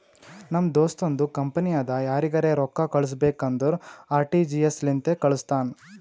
ನಮ್ ದೋಸ್ತುಂದು ಕಂಪನಿ ಅದಾ ಯಾರಿಗರೆ ರೊಕ್ಕಾ ಕಳುಸ್ಬೇಕ್ ಅಂದುರ್ ಆರ.ಟಿ.ಜಿ.ಎಸ್ ಲಿಂತೆ ಕಾಳುಸ್ತಾನ್